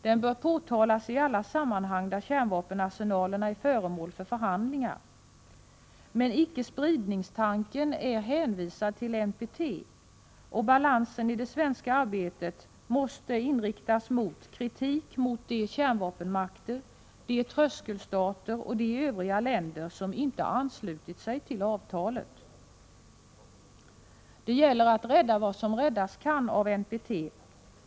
Den bör påtalas i alla sammanhang där kärnvapenarsenalerna är föremål för handlingar. Men icke-spridningstanken är hänvisad till NPT, och balansen i det svenska arbetet måste inriktas mot kritik mot de kärnvapenmakter, de tröskelstater och de övriga länder som inte anslutit sig till avtalet. Det gäller att rädda vad som räddas kan i NPT.